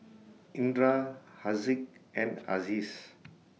Indra Haziq and Aziz